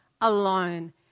alone